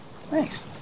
Thanks